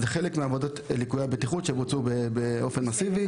זה חלק מעבודות תיקון ליקויי הבטיחות שבוצעו באופן מאסיבי.